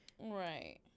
Right